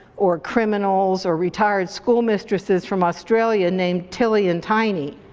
or criminals, or retired school mistresses from australia named tilly and tiny.